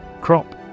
Crop